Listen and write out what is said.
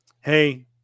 Hey